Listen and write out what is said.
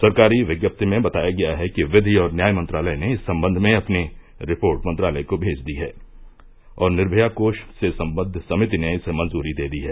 सरकारी विज्ञप्ति में बताया है गया कि विधि और न्याय मंत्रालय ने इस संबंध में अपनी रिपोर्ट मंत्रालय को भेज दी है और निर्मया कोष से संबद्ध समिति ने इसे मंजूरी दे दी है